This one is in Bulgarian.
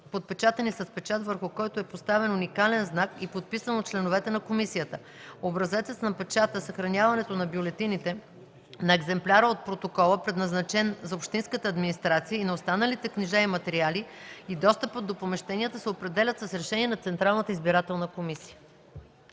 подпечатани с печат, върху който е поставен уникален знак, и подписани от членовете на комисията. Образецът на печата, съхраняването на бюлетините, на екземпляра от протокола, предназначен за общинската администрация, и на останалите книжа и материали, и достъпът до помещенията се определят с решение на Централната избирателна комисия.”